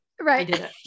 Right